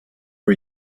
are